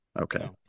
Okay